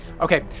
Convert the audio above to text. Okay